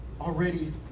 already